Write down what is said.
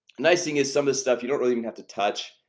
nice thing is some of the stuff. you don't really even have to touch.